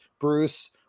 Bruce